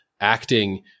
acting